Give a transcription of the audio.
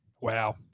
Wow